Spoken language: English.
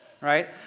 right